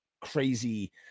crazy